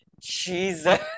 jesus